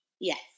Yes